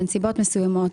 בנסיבות מסוימות,